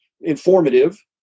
informative